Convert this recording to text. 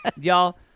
Y'all